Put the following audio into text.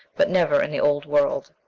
but never in the old world.